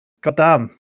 goddamn